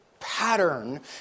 Pattern